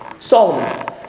Solomon